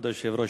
כבוד היושב-ראש,